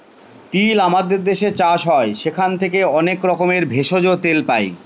তিল আমাদের দেশে চাষ হয় সেখান থেকে অনেক রকমের ভেষজ, তেল পাই